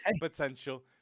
potential